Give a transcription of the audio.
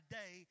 day